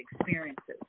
experiences